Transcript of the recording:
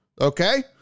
okay